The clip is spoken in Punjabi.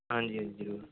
ਹਾਂਜੀ ਹਾਂਜੀ ਜ਼ਰੂਰ